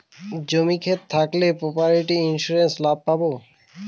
জমি ক্ষেত থাকলে প্রপার্টি ইন্সুরেন্স লাভ পাবো